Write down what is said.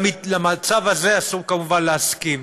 למצב הזה אסור כמובן להסכים.